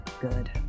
good